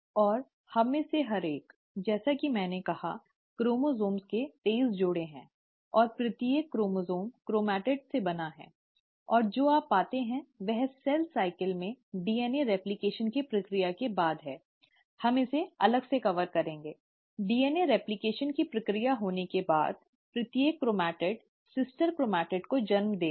और हम में से हर एक जैसा कि मैंने कहा क्रोमसोम के तेईस जोड़े हैं और प्रत्येक क्रोमसोम क्रोमैटिड्स से बना है और जो आप पाते हैं वह सेल साइकिल में DNA रेप्लकेशन की प्रक्रिया के बाद है हम इसे अलग से कवर करेंगे DNA रेप्लकेशन की प्रक्रिया होने के बाद प्रत्येक क्रोमैटिड सिस्टर क्रोमैटिड को जन्म देगा